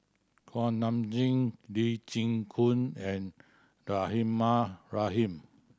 Kuak Nam Jin Lee Chin Koon and Rahimah Rahim